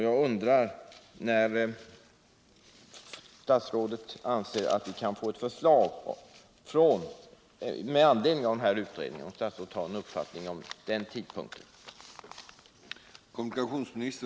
Jag undrar därför om statsrådet har någon uppfattning om när förslag från den utredning som pågår kan föreligga.